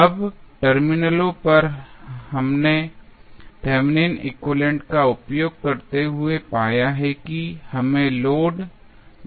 अब टर्मिनलों पर हमने थेवेनिन एक्विवैलेन्ट Thevenins equivalent का उपयोग करते हुए पाया है कि हमें लोड जोड़ना है